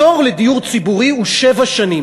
התור לדיור ציבורי הוא שבע שנים.